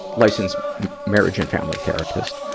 licensed marriage and family therapist.